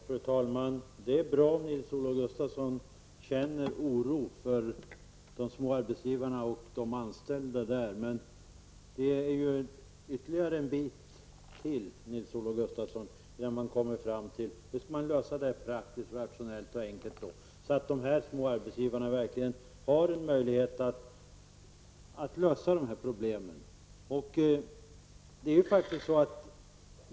Fru talman! Det är bra om Nils-Olof Gustafsson känner oro för de små företagen och deras anställda. Men det är ytterligare en bit till innan man, Nils-Olof Gustafsson, kommer fram till hur man skall lösa detta praktiskt, rationellt och enkelt, så att dessa små företag verkligen har en möjlighet att lösa dessa problem.